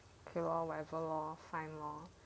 okay lor whatever lor fine lor